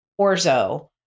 orzo